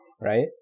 right